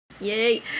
Yay